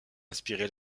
inspiré